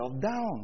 down